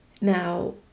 Now